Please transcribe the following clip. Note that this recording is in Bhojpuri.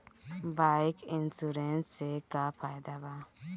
बाइक इन्शुरन्स से का फायदा बा?